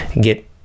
get